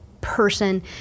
person